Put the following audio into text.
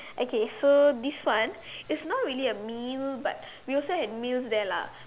okay so this one is not really a meal but we also had meal there lah